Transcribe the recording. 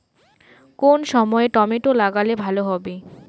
কোন সময় টমেটো লাগালে ভালো হবে?